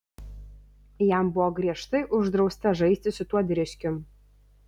jam buvo griežtai uždrausta žaisti su tuo driskium